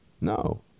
No